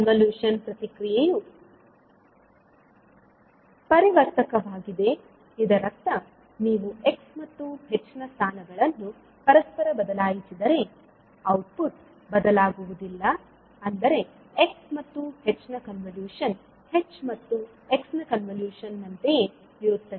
convolution ಪ್ರಕ್ರಿಯೆಯು ಪರಿವರ್ತಕವಾಗಿದೆ ಇದರರ್ಥ ನೀವು x ಮತ್ತು h ನ ಸ್ಥಾನಗಳನ್ನು ಪರಸ್ಪರ ಬದಲಾಯಿಸಿದರೆ ಔಟ್ಪುಟ್ ಬದಲಾಗುವುದಿಲ್ಲ ಅಂದರೆ x ಮತ್ತು h ನ ಕನ್ವಲ್ಯೂಶನ್ h ಮತ್ತು x ನ ಕನ್ವಲ್ಯೂಶನ್ ನಂತೆಯೇ ಇರುತ್ತದೆ